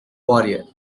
warrior